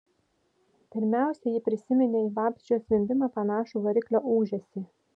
pirmiausia ji prisiminė į vabzdžio zvimbimą panašų variklio ūžesį